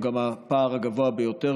הוא גם הפער הגבוה ביותר,